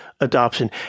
adoption